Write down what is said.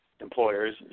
employers